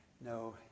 No